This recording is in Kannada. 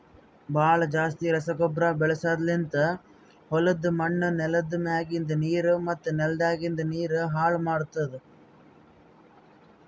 ಭಾಳ್ ಜಾಸ್ತಿ ರಸಗೊಬ್ಬರ ಬಳಸದ್ಲಿಂತ್ ಹೊಲುದ್ ಮಣ್ಣ್, ನೆಲ್ದ ಮ್ಯಾಗಿಂದ್ ನೀರು ಮತ್ತ ನೆಲದಾಗಿಂದ್ ನೀರು ಹಾಳ್ ಮಾಡ್ತುದ್